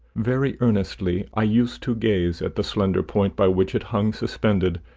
very earnestly i used to gaze at the slender point by which it hung suspended,